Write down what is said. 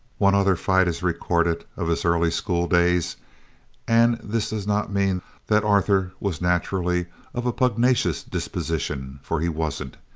one other fight is recorded of his early schooldays and this does not mean that arthur was naturally of a pugnacious disposition, for he wasn't.